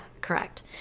Correct